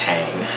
Tang